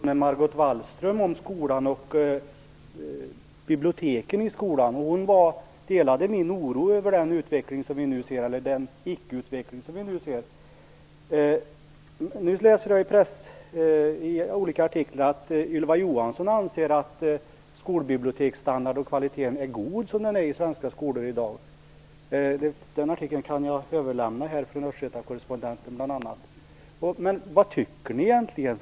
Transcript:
Herr talman! För ett tag sedan hade jag en diskussion med Margot Wallström om skolan och skolbiblioteken. Hon delade min oro över den ickeutveckling som vi nu ser. Det står i olika artiklar i pressen att Ylva Johansson anser att skolbiblioteksstandarden och kvaliteten är god sådan den är i svenska skolor i dag. Artikeln från bl.a. Östgöta Correspondenten kan jag överlämna. Vad tycker ni egentligen?